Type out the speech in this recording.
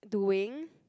doing